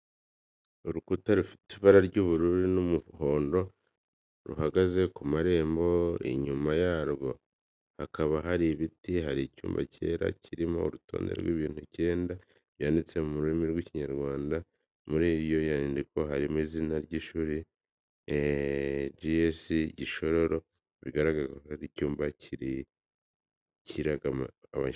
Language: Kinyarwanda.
Urukuta rufite ibara ry'ubururu n'umuhondo, ruhagaze ku marembo, inyuma yarwo hakaba hari ibiti. Hari icyapa cyera, kirimo urutonde rw'ibintu icyenda byanditswe mu rurimi rw'Ikinyarwanda. Muri iyo nyandiko harimo n'izina ry'ishuri, "G.S. GISHORORO." Bigaragara ko ari icyapa kiranga ishuri.